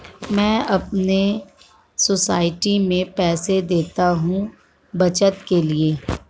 मैं अपने सोसाइटी में पैसे देता हूं बचत के लिए